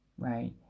right